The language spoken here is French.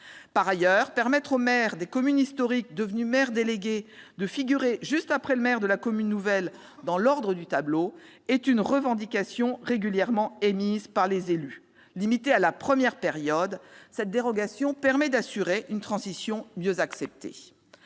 En outre, permettre aux maires des communes historiques devenus maires délégués de figurer juste après le maire de la commune nouvelle dans l'ordre du tableau est une revendication régulièrement émise par les élus. Limitée à la première période, cette dérogation permet d'assurer une transition mieux acceptée.